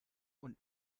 und